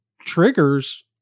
triggers